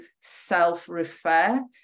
self-refer